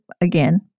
again